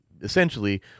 essentially